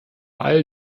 all